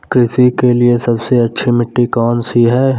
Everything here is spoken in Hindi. कृषि के लिए सबसे अच्छी मिट्टी कौन सी है?